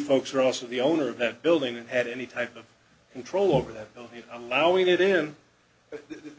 folks are also the owner of that building and had any type of control over that allowing it in